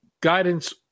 guidance